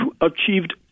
achieved